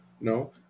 No